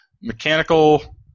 mechanical